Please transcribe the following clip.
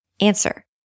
Answer